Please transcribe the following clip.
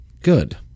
Good